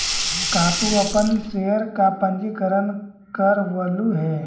का तू अपन शेयर का पंजीकरण करवलु हे